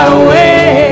away